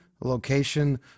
location